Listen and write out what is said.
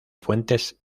fuentes